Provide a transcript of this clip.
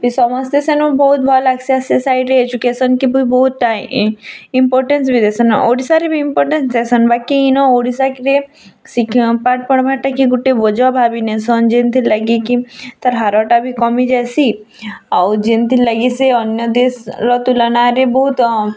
ବି ସମସ୍ତେ ସେନୁ ବହୁତ୍ ଭଲ୍ ଲାଗ୍ସି ସେ ସାଇଡ଼୍ରେ ଏଜୁକେଶନ୍ କି ବି ବହୁତ୍ ଇମପୋଟାନ୍ଟ ବି ଦେଶନ୍ ଓଡ଼ିଶା ରେ ବି ଇମପୋଟାନ୍ଟ ବି ଦେଶନ୍ ବାକି ଇନୋ ଓଡ଼ିଶା କିରେ ପାଠ୍ ପଢାବାର୍ ଟାକି ଗୋଟେ ବୋଝ ଭାବି ନେସନ୍ ଯେନ୍ତିଥିର୍ ଲାଗି କି ତାର୍ ହାର ଟା ବି କମି ଯାସିଁ ଆଉ ଯେନ୍ତିଥିର୍ ଲାଗି ସେ ଅନ୍ୟ ଦେଶ୍ ର ତୁଲନାରେ ବହୁତ୍